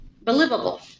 believable